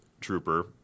Trooper